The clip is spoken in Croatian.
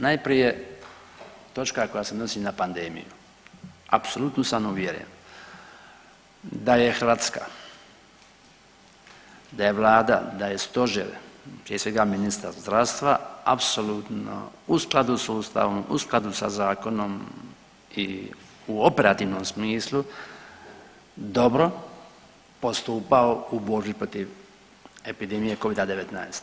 Najprije točka koja se odnosi na pandemiju, apsolutno sam uvjeren da je Hrvatska, da je vlada, da je stožer, prije svega ministar zdravstva apsolutno u skladu s ustavom, u skladu sa zakonom i u operativnom smislu dobro postupao u borbi protiv epidemije covid-19.